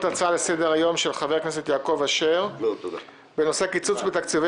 הצעה לסדר היום של חבר הכנסת יעקב אשר בנושא "קיצוץ בתקציבי